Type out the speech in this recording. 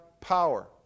Power